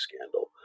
scandal